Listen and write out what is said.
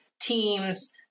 Teams